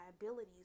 abilities